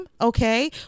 okay